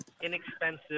inexpensive